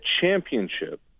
championship